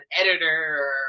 editor